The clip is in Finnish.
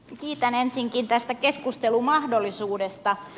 kiitän ensinnäkin tästä keskustelumahdollisuudesta